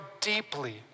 deeply